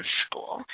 school